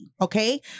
Okay